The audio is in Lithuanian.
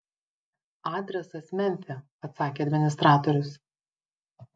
adresas memfio atsakė administratorius